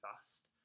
fast